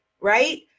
right